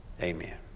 Amen